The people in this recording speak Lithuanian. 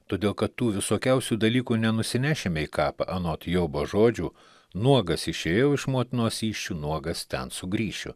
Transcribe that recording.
todėl kad tų visokiausių dalykų nenusinešime į kapą anot jobo žodžių nuogas išėjau iš motinos įsčių nuogas ten sugrįšiu